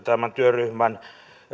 tämän työryhmän